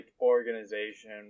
organization